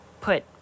put